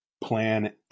plan